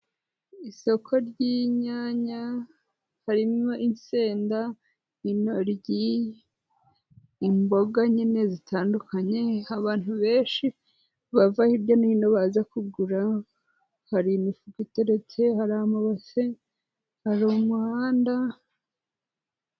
Isoko ry'inyanya, harimo insenda, intoryi, imboga nyine zitandukanye, abantu benshi bava hirya no hino baza kugura, hari imifuka iteretse, hari amabase, hari umuhanda...